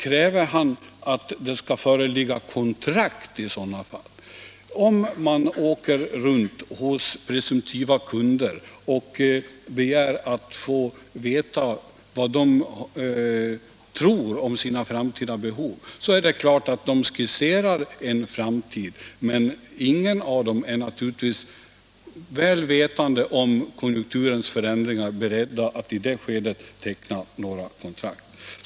Kräver han att det skall föreligga kontrakt? Om man åker runt hos presumtiva kunder och begär att få veta vad de tror om sina framtida behov är det klart att de skisserar en framtid, men ingen av dem är naturligtvis — väl vetande att konjunkturen kan förändras — beredd att i det skedet teckna kontrakt.